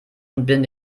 binden